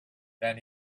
then